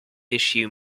issue